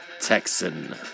Texan